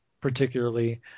particularly